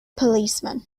policeman